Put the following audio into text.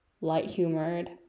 light-humored